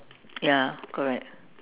ya correct